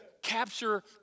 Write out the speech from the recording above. capture